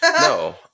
No